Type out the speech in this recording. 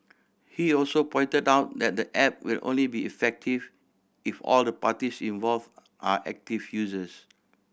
he also pointed out that the app will only be effective if all the parties involved are active users